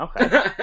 Okay